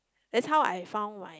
that's how I found my